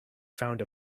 found